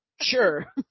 Sure